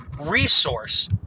resource